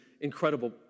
incredible